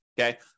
okay